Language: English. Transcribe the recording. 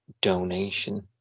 donation